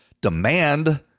demand